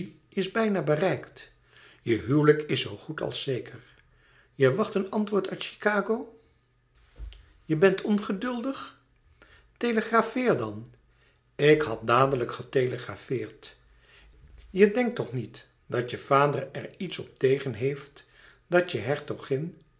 is bijna bereikt je huwelijk is zoo goed als zeker je wacht een antwoord uit chicago je bent ongeduldig telegrafeer dan ik had dadelijk getelegrafeerd je denkt toch niet dat je vader er iets op tegen heeft dat je hertogin